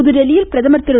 புதுதில்லியில் பிரதமர் திரு